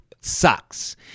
sucks